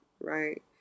right